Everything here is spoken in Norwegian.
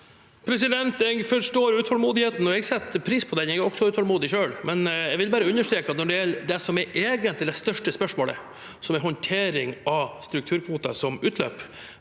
Jeg forstår utålmodigheten, og jeg setter pris på den – jeg er utålmodig selv. Jeg vil understreke at når det gjelder det som egentlig er det største spørsmålet, som er håndtering av strukturkvoter som utløper,